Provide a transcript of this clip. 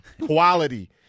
quality